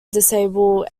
disable